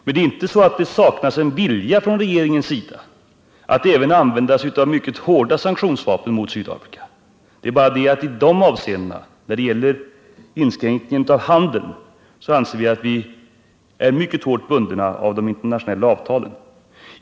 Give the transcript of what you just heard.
Men det är inte så att det saknas en vilja från regeringens sida att även använda sig av mycket hårda sanktionsvapen mot Sydafrika. Det är bara det att i dessa avseenden, alltså när det gäller inskränkningen av handeln, anser vi att vi är mycket hårt bundna av de internationella avtalen.